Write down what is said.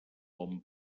bon